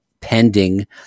pending